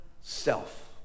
self